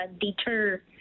deter